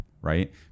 right